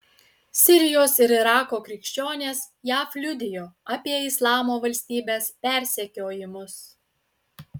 sirijos ir irako krikščionės jav liudijo apie islamo valstybės persekiojimus